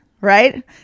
Right